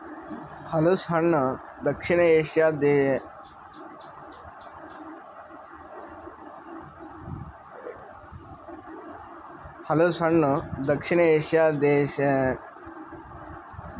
ಹಲಸು ಹಣ್ಣ ದಕ್ಷಿಣ ಏಷ್ಯಾದ್ ದೇಶಗೊಳ್ದಾಗ್ ಜಾಸ್ತಿ ಬೆಳಿತಾರ್ ಮತ್ತ ಇವುಕ್ ಚೈನೀಸ್ ಖಜುರಿ ಅಂತ್ ಕರಿತಾರ್